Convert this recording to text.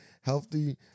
healthy